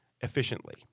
efficiently